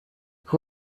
who